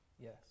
Yes